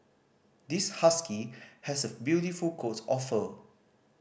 this husky has a beautiful coat of fur